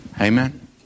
Amen